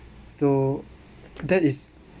so that is